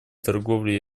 торговля